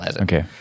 Okay